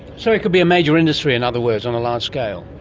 so it could be a major industry, in other words, on a large scale.